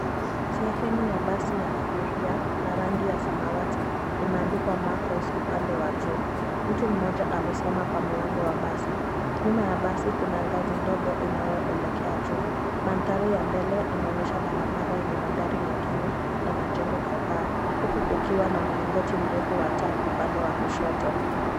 Sehemu ya basi ya abiria la rangi ya samawati limeandikwa Markos upande wa juu. Mtu mmoja amesimama kwa mlango wa basi. Nyuma ya basi kuna ngazi ndogo inayoelekea juu. Mandhari ya mbele inaonyesha barabara yenye magari mengine na majengo kadhaa, huku kukiwa na mlingoti mrefu wa taa upande wa kushoto.